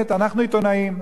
לפרסם ולדבר.